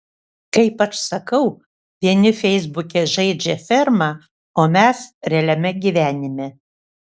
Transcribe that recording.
kaip aš sakau vieni feisbuke žaidžia fermą o mes realiame gyvenime